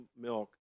milk